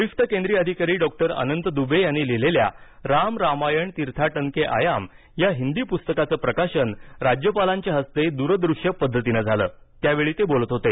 वरिष्ठ केंद्रीय अधिकारी डॉक्टर अनंत दुबे यांनी लिहिलेल्या राम रामायण तीर्थाटन के आयाम या हिंदी पुस्तकाचं प्रकाशन राज्यपालांच्या हस्ते दूरदृष्य पद्धतीने झालं त्यावेळी ते बोलत होते